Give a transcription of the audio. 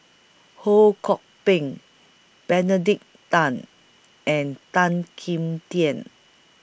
Ho Kwon Ping Benedict Tan and Tan Kim Tian